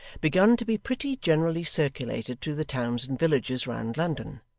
begun to be pretty generally circulated through the towns and villages round london,